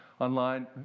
Online